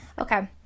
Okay